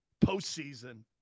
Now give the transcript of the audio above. postseason